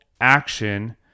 action